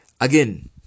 again